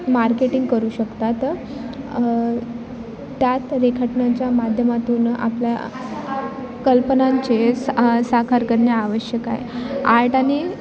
marketing करू शकतात त्यात रेखाटनाच्या माध्यमातून आपल्या कल्पनांचे साकार करणे आवश्यक आहे आर्ट आणि